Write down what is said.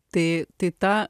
tai tai ta